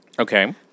Okay